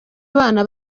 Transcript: abana